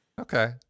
Okay